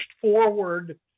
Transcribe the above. forward